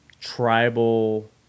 tribal